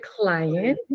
client